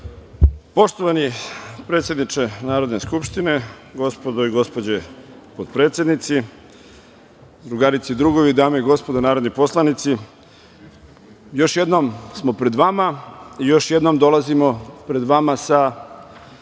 Poštovani predsedniče Narodne skupštine, gospodo i gospođe potpredsednici, drugarice i drugovi, dame i gospodo narodni poslanici, još jednom smo pred vama i još jednom dolazimo pred vas sa